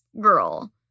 girl